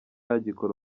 agikora